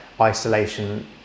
isolation